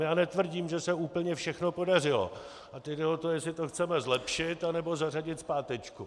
Já netvrdím, že se úplně všechno podařilo, a teď jde o to, jestli to chceme zlepšit, anebo zařadit zpátečku.